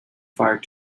fire